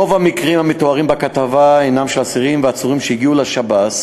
רוב המקרים המתוארים בכתבה הם של אסירים ועצורים שהגיעו לשב"ס